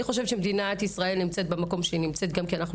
אני חושבת שמדינת ישראל נמצאת במקום שהיא נמצאת גם כי אנחנו,